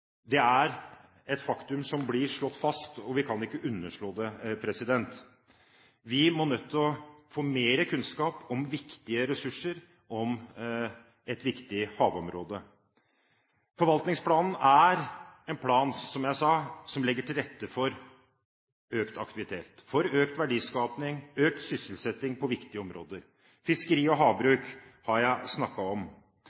Det er et faktum som blir slått fast, og vi kan ikke underslå det. Vi er nødt til å få mer kunnskap om viktige ressurser i et viktig havområde. Forvaltningsplanen er, som jeg sa, en plan som legger til rette for økt aktivitet, økt verdiskaping og økt sysselsetting på viktige områder. Fiskeri og